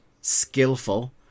skillful